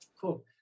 cool